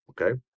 Okay